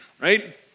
right